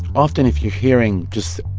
often, if you're hearing just,